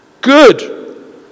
Good